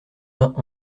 vingt